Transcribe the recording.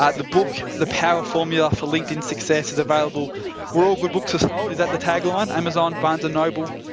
ah the book, the power formula for linkedin success is available where all good books are sold. is that the tagline? amazon, barnes and noble?